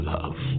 Love